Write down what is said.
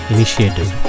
Initiative